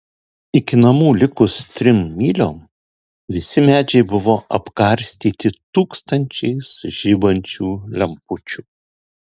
iki namų likus trim myliom visi medžiai buvo apkarstyti tūkstančiais žibančių lempučių